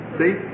see